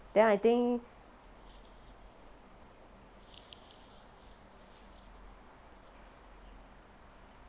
then I think